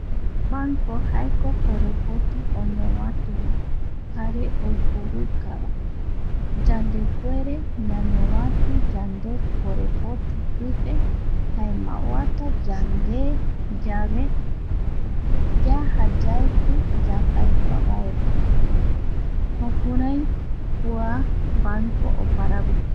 Kua banco jaeko korepoti oñovatu jare oiporukava yandepuere ñañovatu yande korepoti pipe jaema oata yande, yave yaja yaeki yambaegua vaera jukurai kua banco oparaviki.